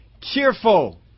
Cheerful